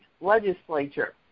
Legislature